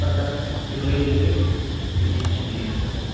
प्रथमः शुक्लयजुर्वेदः द्वितीयः शुक्लयजुर्वेदः